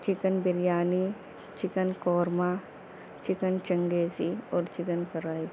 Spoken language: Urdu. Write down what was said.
chicken biryani chicken korma chicken changezi اور چکن فرائی